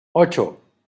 ocho